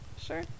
sure